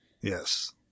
Yes